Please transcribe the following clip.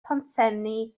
pontsenni